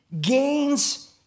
gains